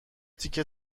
تیکه